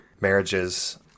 marriages